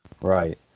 Right